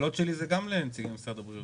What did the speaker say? השאלות שלי הן גם לנציג משרד הבריאות.